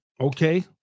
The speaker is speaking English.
Okay